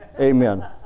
Amen